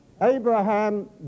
Abraham